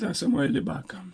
tą samuelį baką